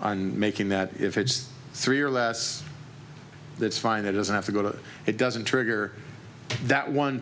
on making that if it's three or less that's fine it doesn't have to go to it doesn't trigger that one